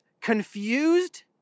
confused